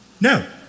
No